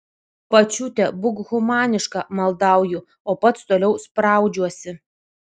pačiute būk humaniška maldauju o pats toliau spraudžiuosi